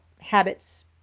habits